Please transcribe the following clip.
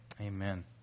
Amen